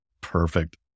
perfect